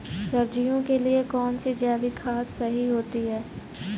सब्जियों के लिए कौन सी जैविक खाद सही होती है?